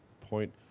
point